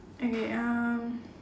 okay um